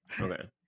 Okay